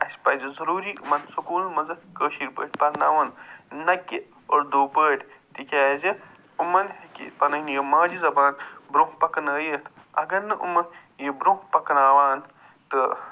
اَسہِ پَزِ ضروٗری یِمن سُکوٗلن منٛزٕ کٲشِرۍ پٲٹھۍ پرناوُن نَہ کہِ اُردو پٲٹھۍ تِکیٛازِ یِمن ہیٚکہِ پنٕنۍ یہِ ماجہِ زبان برٛوںٛہہ پکنٲیِتھ اگر نہٕ یِمہٕ یہِ برٛوںٛہہ پکناوان تہٕ